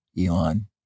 Elon